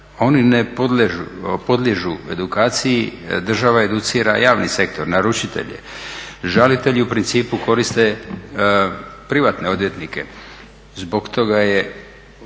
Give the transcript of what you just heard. Oni ne podliježu edukaciji. Država educira javni sektor, naručitelje. Žalitelji u principu koriste privatne odvjetnike. Zbog toga je